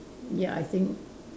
ya I think